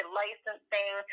licensing